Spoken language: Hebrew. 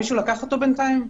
מישהו לקח אותו בינתיים?